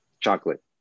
Chocolate